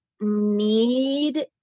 need